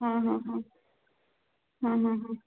हां हां हां हां हां हां